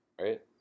right